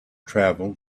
travel